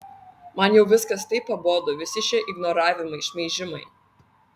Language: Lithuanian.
man jau viskas taip pabodo visi šie ignoravimai šmeižimai